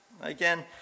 Again